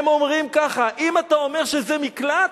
הם אומרים ככה: אם אתה אומר שזה מקלט,